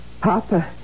Papa